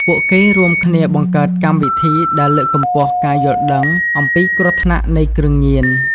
ពួកគេរួមគ្នាបង្កើតកម្មវិធីដែលលើកកម្ពស់ការយល់ដឹង អំពីគ្រោះថ្នាក់នៃគ្រឿងញៀន។